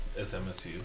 SMSU